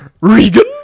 Regan